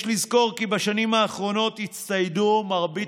יש לזכור כי בשנים האחרונות הצטיידו מרבית